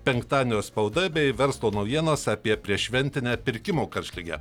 penktadienio spauda bei verslo naujienos apie prieššventinę pirkimo karštligę